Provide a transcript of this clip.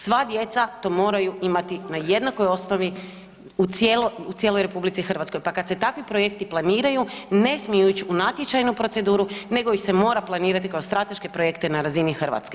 Sva djeca to moraju imati na jednakoj osnovi u cijeloj RH, pa kad se takvi projekt planiraju ne smiju ići u natječajnu proceduru, nego ih se mora planirati kao strateške projekte na razini Hrvatske.